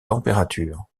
température